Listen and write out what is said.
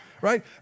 Right